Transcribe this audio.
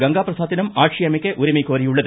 கங்கா பிரசாத்திடம் ஆட்சி அமைக்க உரிமை கோரியுள்ளது